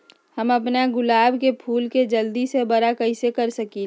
हम अपना गुलाब के फूल के जल्दी से बारा कईसे कर सकिंले?